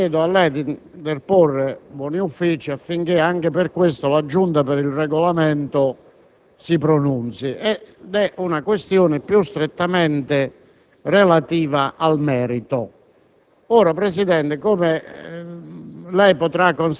per la quale chiedo a lei di interporre buoni uffici affinché anche su di essa la Giunta per il Regolamento si pronunci. Tale questione è più strettamente relativa al merito.